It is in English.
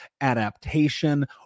adaptation